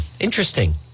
interesting